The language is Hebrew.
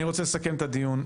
אני רוצה לסכם את הדיון.